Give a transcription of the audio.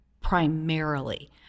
primarily